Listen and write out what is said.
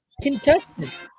contestant